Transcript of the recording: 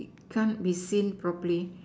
can't be seen properly